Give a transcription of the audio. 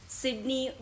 Sydney